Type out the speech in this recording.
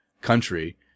country